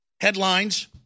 headlines